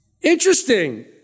Interesting